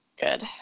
Good